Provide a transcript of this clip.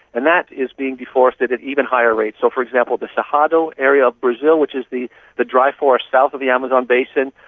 and that is being deforested at even higher rates. so, for example, the cerrado area of brazil, which is the the dry forest south of the amazon basin,